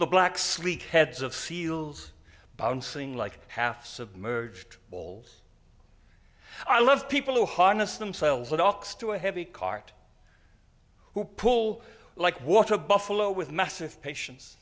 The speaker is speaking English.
the black sleek heads of seals bouncing like half submerged bowls i love people who harness themselves to a heavy cart who pull like water buffalo with massive patients